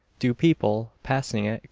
do people, passing it,